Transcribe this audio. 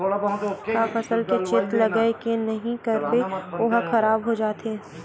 का फसल के चेत लगय के नहीं करबे ओहा खराब हो जाथे?